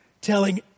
telling